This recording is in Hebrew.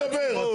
אבל מה אתה מדבר?